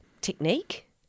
technique